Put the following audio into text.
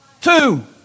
Two